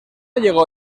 llegó